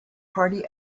party